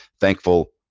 Thankful